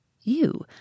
You